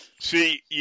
See